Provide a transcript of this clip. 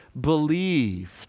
believed